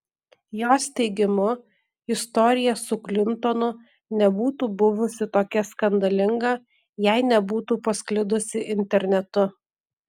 jos teigimu istorija su klintonu nebūtų buvusi tokia skandalinga jei nebūtų pasklidusi internetu